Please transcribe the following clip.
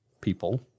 people